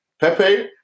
Pepe